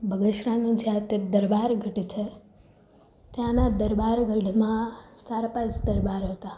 બગસરાના જ્યાં તે દરબાર ગઢ છે ત્યાંના દરબાર ગઢમાં ચાર પાંચ દરબાર હતા